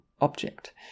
object